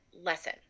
lesson